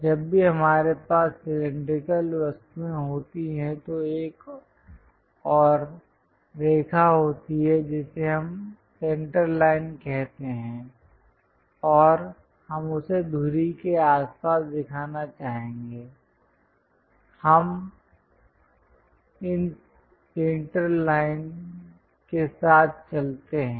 जब भी हमारे पास सिलैंडरिकल वस्तुएं होती हैं तो एक और रेखा होती है जिसे हम सेंटरलाइन कहते हैं और हम उसे धुरी के आसपास दिखाना चाहेंगे हम इन सेंटरलाइन के साथ चलते हैं